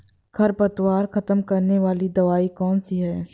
खरपतवार खत्म करने वाली दवाई कौन सी है?